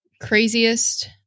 craziest